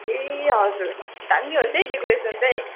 ए हजुर दामी होस् है डेकोरेसन चाहिँ